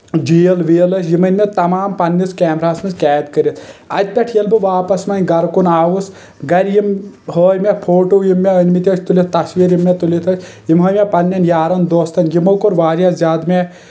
جیٖل ویل ٲسۍ یِم أنۍ مےٚ تمام پننِس کیمراہس منٛز قید کٔرتھ اتہِ پٮ۪ٹھ ییٚلہِ بہٕ واپس وۄنۍ گرٕ کُن آوُس گرٕ یِم ہٲے مےٚ فوٹو یِم مےٚ أنۍ مٕتۍ ٲسۍ تُلِتھ تصویر یِم مےٚ تُلِتھ ٲسۍ یِم ہٲے مےٚ پننٮ۪ن یارن دوستن یِمو کوٚر واریاہ زیادٕ مےٚ